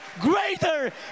greater